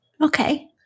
Okay